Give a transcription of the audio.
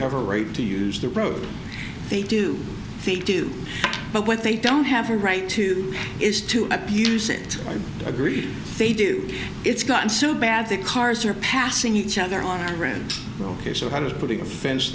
every right to use the road they do they do but what they don't have a right to do is to abuse it i agree they do it's gotten so bad the cars are passing each other on the ground ok so i was putting a fence